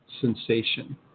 sensation